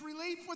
relief